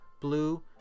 blue